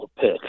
pick